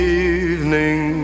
evening